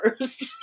first